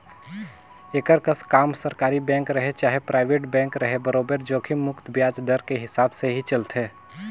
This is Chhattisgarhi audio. एकर कस काम सरकारी बेंक रहें चाहे परइबेट बेंक रहे बरोबर जोखिम मुक्त बियाज दर के हिसाब से ही चलथे